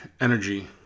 energy